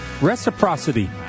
reciprocity